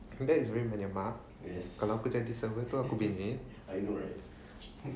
that's very menyemak kalau aku jadi server tu aku bingit